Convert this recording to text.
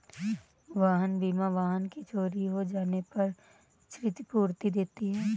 वाहन बीमा वाहन के चोरी हो जाने पर क्षतिपूर्ति देती है